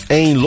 em